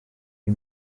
dwi